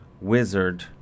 wizard